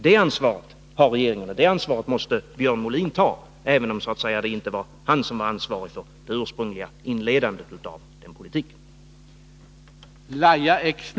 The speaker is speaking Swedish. Det ansvaret har regeringen, och det måste Björn Molin ta, även om det inte var han som bar ansvaret för det ursprungliga inledandet av den politiken.